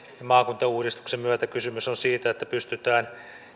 ja maakuntauudistuksen myötä kysymys on siitä että pystytään